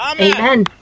Amen